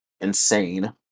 insane